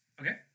Okay